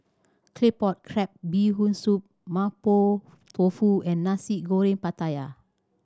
Claypot Crab Bee Hoon Soup Mapo Tofu and Nasi Goreng Pattaya